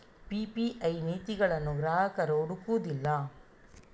PPI ನೀತಿಗಳನ್ನು ಗ್ರಾಹಕರು ಹುಡುಕುವುದಿಲ್ಲ